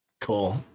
Cool